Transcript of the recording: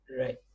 Right